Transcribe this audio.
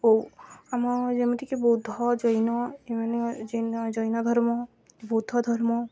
ଓ ଆମ ଯେମିତିକି ବୌଦ୍ଧ ଜୈନ ଏମାନେ ଜୈନ ଧର୍ମ ବୌଦ୍ଧ ଧର୍ମ